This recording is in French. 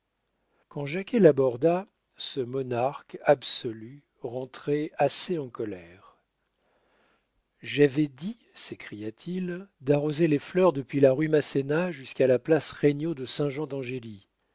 quand jacquet l'aborda ce monarque absolu rentrait assez en colère j'avais dit s'écria-t-il d'arroser les fleurs depuis la rue masséna jusqu'à la place regnault de